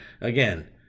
Again